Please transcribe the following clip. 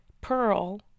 Pearl